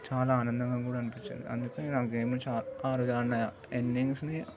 చాలా ఆనందంగా కూడా అనిపించింది అందుకే ఆ గేమ్లో చా ఆ రోజు ఆడిన ఇన్నింగ్స్ని